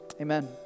amen